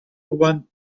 yuan